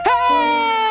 Hey